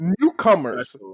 newcomers